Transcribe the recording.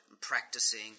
practicing